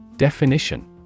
Definition